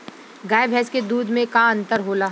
गाय भैंस के दूध में का अन्तर होला?